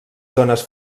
zones